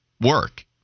work